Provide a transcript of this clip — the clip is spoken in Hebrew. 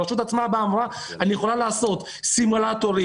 הרשות בעצמה באה ואמרה שהיא יכולה לעשות כמו סימולטורים,